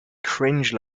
cringe